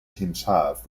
himself